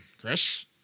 Chris